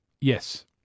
Yes